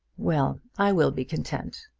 well i will be content.